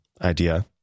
idea